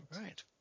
Right